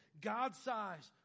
God-sized